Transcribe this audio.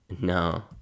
No